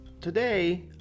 today